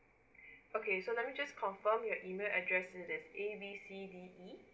okay so let me just confirm your email address is the A_B_C_D